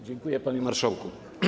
Dziękuję, panie marszałku.